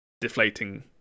deflating